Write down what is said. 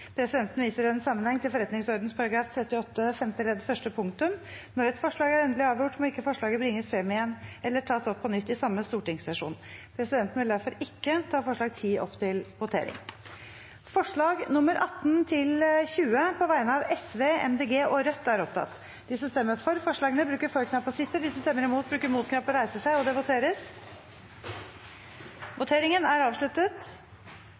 Presidenten viser i den sammenheng til forretningsordenens § 38 femte ledd første punktum: «Når et forslag er endelig avgjort, må forslaget ikke bringes frem igjen eller tas opp på nytt i samme stortingssesjon.» Presidenten vil derfor ikke ta forslag nr. 10 opp til votering. Det voteres over forslagene nr. 18–20, fra Sosialistisk Venstreparti, Miljøpartiet De Grønne og Rødt. Forslag nr. 18 lyder: «Stortinget ber regjeringen sette ned et skatte- og avgiftsutvalg som skal fremme konkrete forslag til en helhetlig omlegging av dagens skatte- og avgiftssystem med det